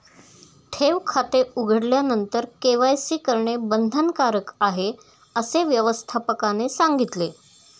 ठेव खाते उघडल्यानंतर के.वाय.सी करणे बंधनकारक आहे, असे व्यवस्थापकाने सांगितले